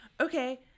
okay